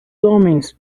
homens